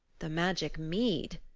the magic mead,